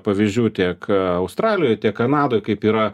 pavyzdžių tiek australijoj tiek kanadoj kaip yra